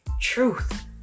Truth